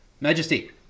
Majesty